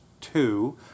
two